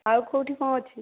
ଆଉ କେଉଁଠି କ'ଣ ଅଛି